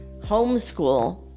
homeschool